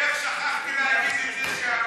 איך שכחתי להגיד את זה,